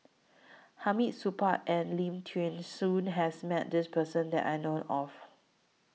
Hamid Supaat and Lim Thean Soo has Met This Person that I know of